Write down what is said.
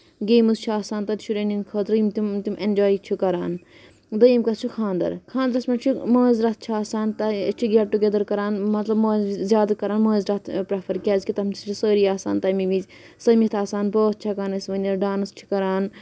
games چھُ آسان تَتہِ چھُ شُرٮ۪ن ہٕنٛدِ خٲطرٕ یِم تِم تِم انجاے چھُ کران دٔیِم کَتھ چھِ خاندر خاندرَس منٛز چھُ ماز رَس چھُ آسان تَوے أسۍ چھِ گیٹ ٹُگیدر کران مطلب زیادٕ کران مٲنزِ راتھ پریفر کیازِ تٔمہِ دۄہ چھِ سٲری آسان تَمی وِزِ سٔمِتھ آسان بٲتھ چھِ ہٮ۪کان أسۍ ؤنِتھ ڈانٔس چھِ کران